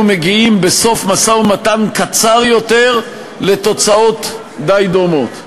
מגיעים בסוף משא-ומתן קצר יותר לתוצאות די דומות.